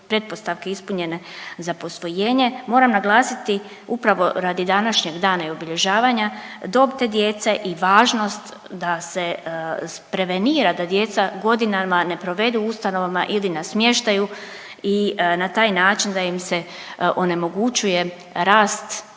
ispunjene za posvojenje, moram naglasiti upravo radi današnjeg dana i obilježavanja dob te djece i važnost da se prevenira, da djeca godinama ne provedu ustanovama ili na smještaju i na taj način da im se onemogućuje rast